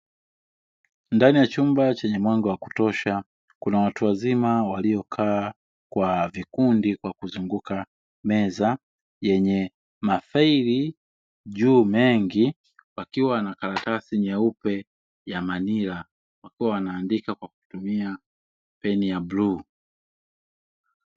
Ndani ya chumba chenye mwanga wa kutosha, kuna watu wazima waliokaa kwa vikundi kwa kuzunguka meza yenye mafaili juu mengi, wakiwa na karatasi nyeupe ya manila wakiwa wanaandika kwa kutumia peni ya bluu.